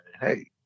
hey